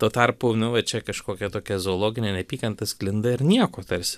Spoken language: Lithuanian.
tuo tarpu nu va čia kažkokia tokia zoologinė neapykanta sklinda ir nieko tarsi